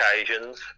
occasions